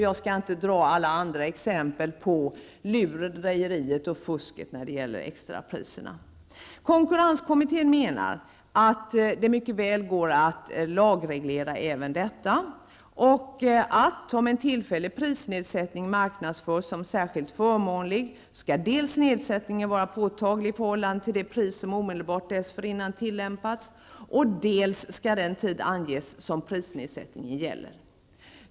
Jag skall inte dra alla andra exempel på lurendrejeriet och fusket med extrapriserna. Konkurrenskommittén menar att det mycket väl går att lagreglera även detta och att, om en tillfällig prisnedsättning marknadsförs som särskilt förmånlig, nedsättningen dels skall vara påtaglig i förhållande till det pris som omedelbart dessförinnan har tillämpats, dels skall den tid anges som prisnedsättningen gäller.